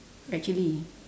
actually